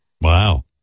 Wow